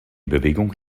bewegung